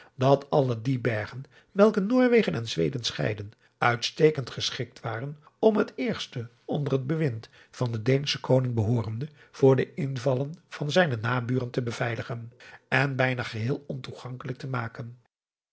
dat alle die bergen welke noorwegen en zweden scheidden uitstekend geschikt waren om het eerste onder het bewind van den deenschen koning behoorende voor de invallen van zijne naburen te beveiligen en bijna geheel ontoegankelijk te maken